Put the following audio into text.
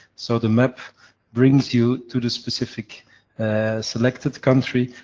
so the map brings you to the specific selected country,